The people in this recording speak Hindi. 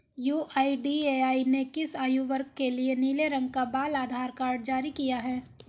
यू.आई.डी.ए.आई ने किस आयु वर्ग के लिए नीले रंग का बाल आधार कार्ड जारी किया है?